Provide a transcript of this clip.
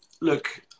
Look